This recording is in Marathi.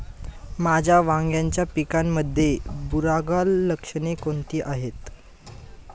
माझ्या वांग्याच्या पिकामध्ये बुरोगाल लक्षणे कोणती आहेत?